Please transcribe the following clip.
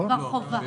זה כבר חובה.